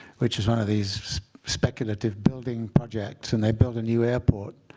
which is one of these speculative building projects. and they built a new airport